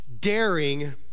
daring